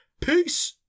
peace